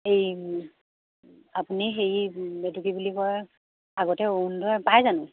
এই আপুনি হেৰি এইটো কি বুলি বুলি কয় আগতে অৰুণোদয় পাই জানো